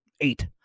eight